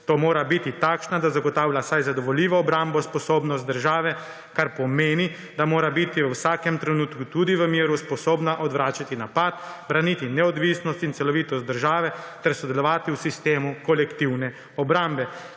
Ta mora biti takšna, da zagotavlja vsaj zadovoljivo obrambno sposobnost države, kar pomeni, da mora biti v vsakem trenutku (tudi v miru) sposobna odvračati napad, braniti neodvisnost in celovitost države ter sodelovati v sistemu kolektivne obrambe.«